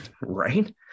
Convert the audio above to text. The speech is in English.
Right